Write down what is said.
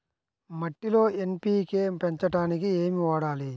మట్టిలో ఎన్.పీ.కే పెంచడానికి ఏమి వాడాలి?